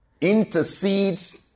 intercedes